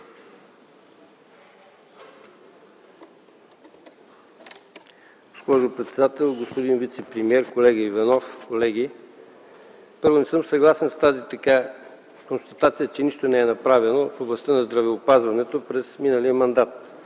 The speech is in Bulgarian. господин вицепремиер, колега Иванов, колеги! Първо, не съм съгласен с тази констатация, че нищо не е направено в областта на здравеопазването през миналия мандат.